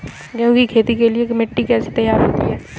गेहूँ की खेती के लिए मिट्टी कैसे तैयार होती है?